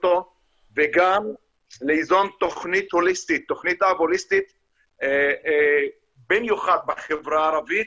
אותו וגם ליזום תוכנית אב הוליסטית במיוחד בחברה הערבית